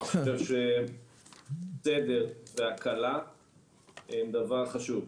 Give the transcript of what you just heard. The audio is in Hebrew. אני חושב שסדר והקלה הם דבר חשוב.